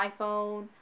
iPhone